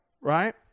right